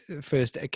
first